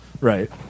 right